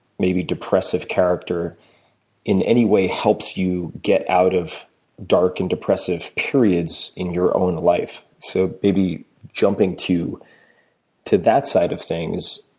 maybe depressive character in any way helps you get out of dark and depressive period so in your own life? so maybe jumping to to that side of things,